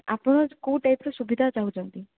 ଆପଣ କେଉଁ ଟାଇପର ସୁବିଧା ଚାହୁଁଛନ୍ତି